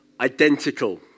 identical